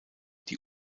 die